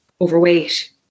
overweight